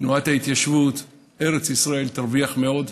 תנועת ההתיישבות, ארץ ישראל תרוויח מאוד.